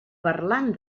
parlant